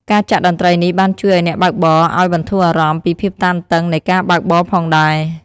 ការចាក់តន្ត្រីនេះបានជួយអ្នកបើកបរឱ្យបន្ធូរអារម្មណ៍ពីភាពតានតឹងនៃការបើកបរផងដែរ។